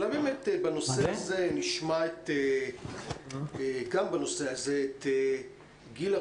גם בנושא הזה נשמע את פרופ' גילה